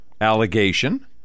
allegation